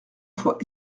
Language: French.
fois